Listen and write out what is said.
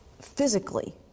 physically